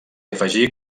afegí